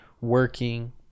working